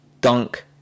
Dunk